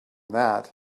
that